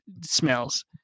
smells